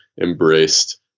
embraced